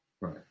Right